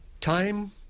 Time